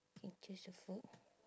can choose the food